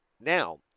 Now